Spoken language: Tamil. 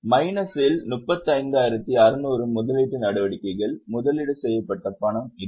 மைனஸில் 35600 முதலீட்டு நடவடிக்கைகளில் முதலீடு செய்யப்பட்ட பணம் இது